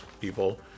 people